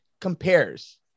compares